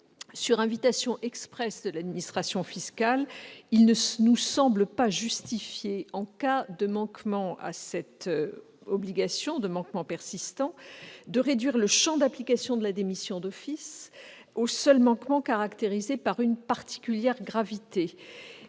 sur invitation expresse de l'administration fiscale, il ne nous semble pas justifié, en cas de manquement persistant à cette obligation, de réduire le champ d'application de la démission d'office aux seuls manquements caractérisés par une particulière gravité.